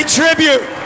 tribute